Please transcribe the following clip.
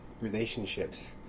relationships